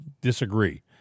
disagree